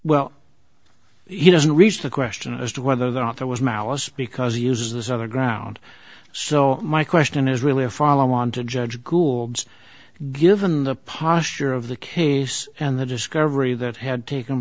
well he doesn't reach the question as to whether the author was malice because he uses other ground so my question is really a follow on to judge gould's given the posture of the case and the discovery that had taken